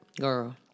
Girl